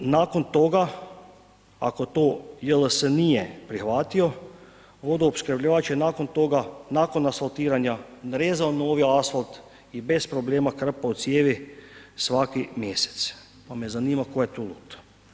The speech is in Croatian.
Nakon toga, ako to JLS nije prihvatio, vodoopskrbljivač je nakon toga, nakon asfaltiranja, narezao novi asfalt i bez problema krpao cijevi svaki mjesec pa me zanima tko je tu lud.